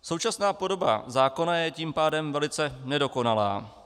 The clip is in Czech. Současná podoba zákona je tím pádem velice nedokonalá.